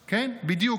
--- כן בדיוק.